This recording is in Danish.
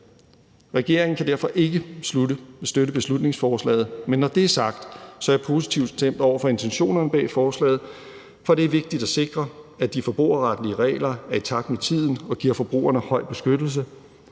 Regeringen kan derfor ikke støtte beslutningsforslaget. Men når det er sagt, er jeg positivt stemt over for intentionerne bag forslaget, for det er vigtigt at sikre, at de forbrugerretlige regler er i takt med tiden og giver forbrugerne høj beskyttelse.